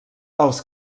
els